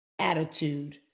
attitude